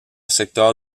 secteur